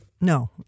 No